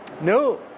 no